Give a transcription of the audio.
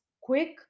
quick